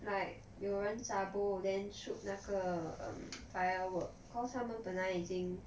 like 有人 then shoot 那个 um firework cause 他们本来已经